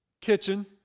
Kitchen